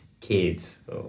kids